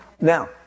Now